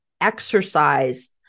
exercise